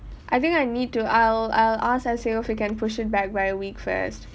I think I need to I'll I'll ask S_A_O if we can push it back by a week first